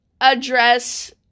address